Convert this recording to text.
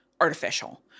artificial